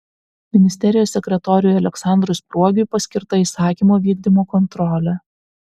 ministerijos sekretoriui aleksandrui spruogiui paskirta įsakymo vykdymo kontrolė